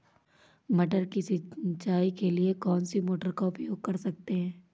मटर की सिंचाई के लिए कौन सी मोटर का उपयोग कर सकते हैं?